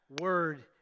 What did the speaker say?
Word